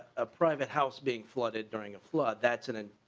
a private house being flooded during a flood that sudden.